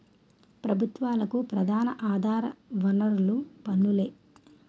ప్రభుత్వాలకు ప్రధాన ఆధార వనరులు పన్నులే